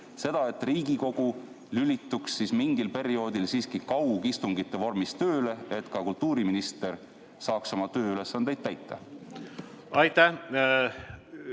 et Riigikogu lülituks siis mingiks perioodiks kaugistungite vormis tööle, et ka kultuuriminister saaks oma tööülesandeid täita? Aitäh!